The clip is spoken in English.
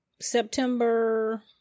September